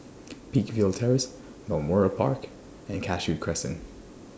Peakville Terrace Balmoral Park and Cashew Crescent